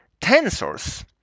tensors